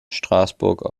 straßburg